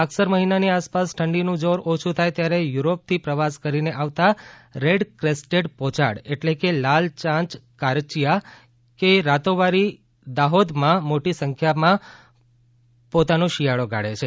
માગસર મહિનાની આસપાસ ઠંડીનું જોર ઓછું થાય ત્યારે યુરોપથી પ્રવાસ કરીને આવતા રેડ ક્રેસ્ટેડ પોર્યાડ એટલે કે લાલયાંચ કારચીયા કે રાતોબારી દાહોદમાં મોટી સંખ્યામાં પોતાનો શિયાળો ગાળે છે